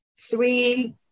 three